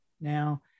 now